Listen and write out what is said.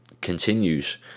continues